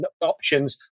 options